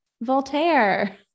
Voltaire